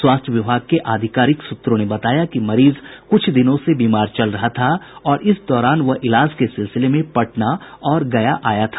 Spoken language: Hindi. स्वास्थ्य विभाग के आधिकारिक सूत्रों ने बताया कि मरीज कुछ दिनों से बीमार चल रहा था और इस दौरान वह इलाज के सिलसिले में पटना और गया आया था